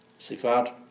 Sifat